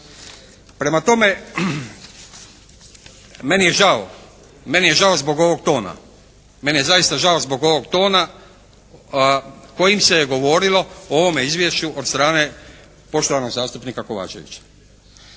Meni je zaista žao zbog ovog tona kojim se govorilo o ovom izvješću od strane poštovanog zastupnika Kovačevića.